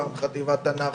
פעם חטיבת הנח"ל,